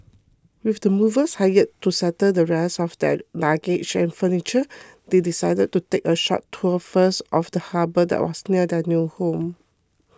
with the movers hired to settle the rest of their luggage and furniture they decided to take a short tour first of the harbour that was near their new home